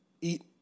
eat